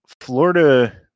Florida